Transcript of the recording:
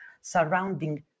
surrounding